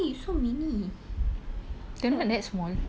sia I don't want sia people don't take me seriously for my height also